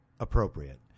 Appropriate